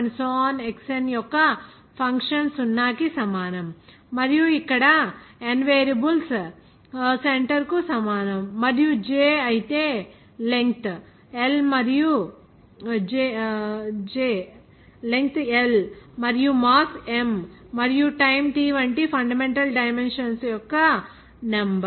Xn యొక్క function సున్నాకి సమానం మరియు ఇక్కడ n వేరియబుల్స్ నెంబర్ కు సమానం మరియు j అయితే లెంగ్త్ L మరియు మాస్ M మరియు టైం T వంటి ఫండమెంటల్ డైమెన్షన్స్ యొక్క నెంబర్